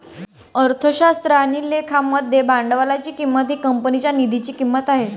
अर्थशास्त्र आणि लेखा मध्ये भांडवलाची किंमत ही कंपनीच्या निधीची किंमत आहे